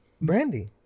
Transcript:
Brandy